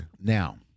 Now